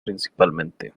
principalmente